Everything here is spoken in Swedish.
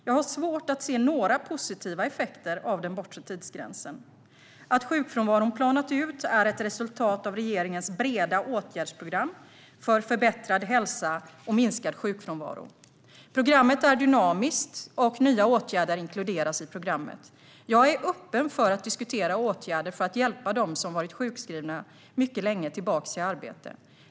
Jag har svårt att se några positiva effekter av den bortre tidsgränsen. Att sjukfrånvaron planat ut är ett resultat av regeringens breda åtgärdsprogram för förbättrad hälsa och minskad sjukfrånvaro. Programmet är dynamiskt, och nya åtgärder inkluderas i programmet. Jag är öppen för att diskutera åtgärder för att hjälpa dem som varit sjukskrivna mycket länge tillbaka till arbete.